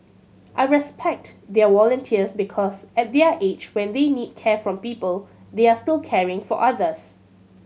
I respect their volunteers because at their age when they need care from people they are still caring for others